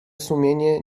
sumienie